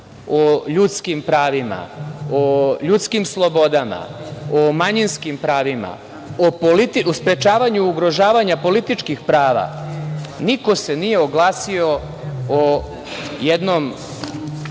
o ljudskim pravima, o ljudskim slobodama, o manjinskim pravima, u sprečavanju ugrožavanja političkih prava, niko se nije oglasio o jednoj